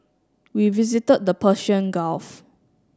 we visited the Persian Gulf